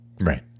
Right